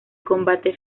combate